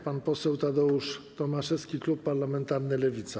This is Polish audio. Pan poseł Tadeusz Tomaszewski, klub parlamentarny Lewica.